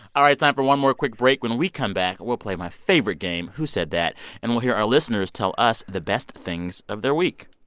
all right. time for one more quick break. when we come back, we'll play my favorite game, who said that. and we'll hear our listeners tell us the best things of their week